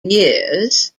years